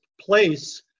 place